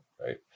right